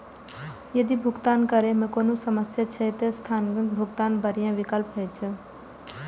यदि भुगतान करै मे कोनो समस्या छै, ते स्थगित भुगतान बढ़िया विकल्प होइ छै